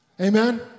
Amen